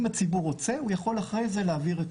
אם הציבור רוצה הוא יכול אחרי זה להעביר את